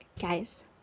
guys